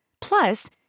Plus